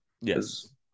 Yes